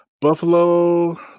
Buffalo